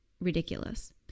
ridiculous